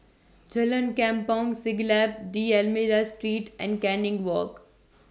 Jalan Kampong Siglap D'almeida Street and Canning Walk